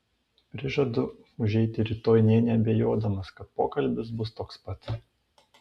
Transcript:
prižadu užeiti rytoj nė neabejodamas kad pokalbis bus toks pat